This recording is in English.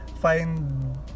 find